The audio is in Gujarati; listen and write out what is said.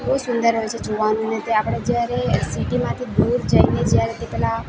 બહુ સુંદર હોય છે જોવાનું ને તે આપણે જ્યારે સિટીમાંથી દૂર જઈને જ્યારે તે પેલા